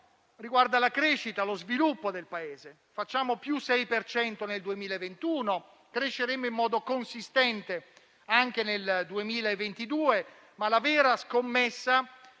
riguarda la crescita e lo sviluppo del Paese; siamo al più 6 per cento nel 2021, cresceremo in modo consistente anche nel 2022, ma la vera scommessa è